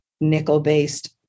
nickel-based